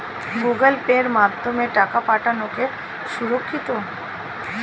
Google Pay মাধ্যমে টাকা পাঠানোকে সুরক্ষিত?